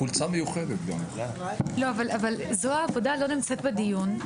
זרוע העבודה לא נמצא בדיון.